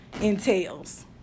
entails